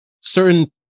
Certain